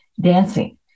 Dancing